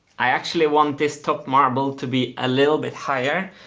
i actually want this top marble to be a little bit higher.